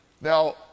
Now